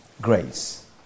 grace